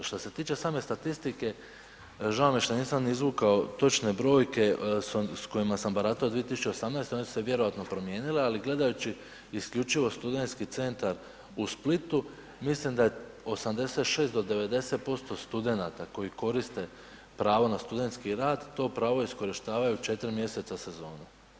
Što se tiče same statistike žao mi je šta nisam izvukao točne brojke s kojima sam baratao 2018. one su se vjerojatno promijenile, ali gledajući isključivo studentski centar u Splitu mislim da je 86 do 90% studenata koji koriste pravo na studentski rad, to pravo iskorištavaju 4 mjeseca sezonu.